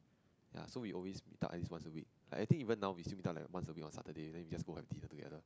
ya so we always meet up at least once a week like I think even now we still meet up like once a week on Saturday then we just go have dinner together